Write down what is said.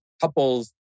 couples